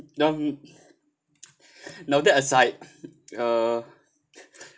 no no that aside uh